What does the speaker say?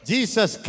Jesus